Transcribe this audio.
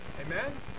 Amen